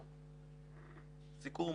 סיכום,